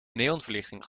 neonverlichting